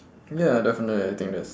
ya definitely I think that's